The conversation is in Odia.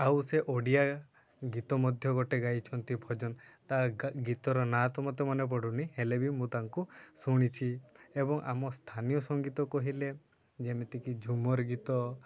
ଆଉ ସେ ଓଡ଼ିଆ ଗୀତ ମଧ୍ୟ ଗୋଟେ ଗାଇଛନ୍ତି ଭଜନ ତା ଗୀତର ନାଁ ତ ମୋତେ ମନେ ପଡ଼ୁନି ହେଲେ ବି ମୁଁ ତାଙ୍କୁ ଶୁଣିଛି ଏବଂ ଆମ ସ୍ଥାନୀୟ ସଙ୍ଗୀତ କହିଲେ ଯେମିତିକି ଝୁମର୍ ଗୀତ